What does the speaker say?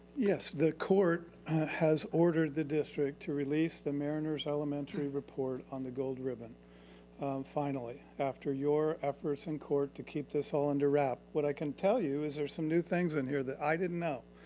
yes, the court has ordered the district to release the mariners elementary report on the gold ribbon finally after your efforts in court to keep this all under wrap. what i can tell you is there's some new things in here that i didn't know.